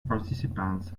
participants